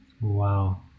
Wow